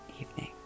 evening